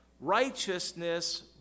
Righteousness